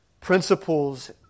principles